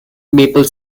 maple